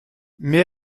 mais